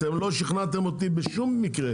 אתם לא שכנעתם אותי בשום מקרה,